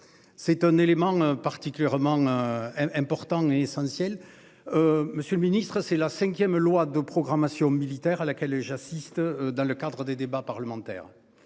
C'est un élément particulièrement. Important et essentiel. Monsieur le Ministre, c'est la 5ème. Loi de programmation militaire à laquelle j'assiste dans le cadre des débats parlementaires.